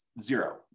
zero